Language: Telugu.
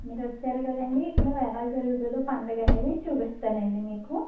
మీరు వచ్చారు కదండీ ఇప్పుడు ఎలా జరుగుతుందో పండుగనేది చూపిస్తానండి మీకు